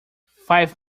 five